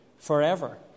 forever